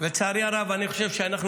לצערי הרב אני חושב שאנחנו